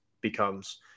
becomes